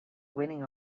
winning